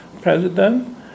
president